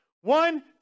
one